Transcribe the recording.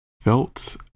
felt